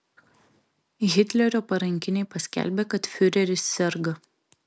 hitlerio parankiniai paskelbė kad fiureris serga